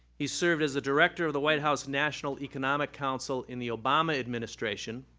he served as the director of the white house national economic council in the obama administration,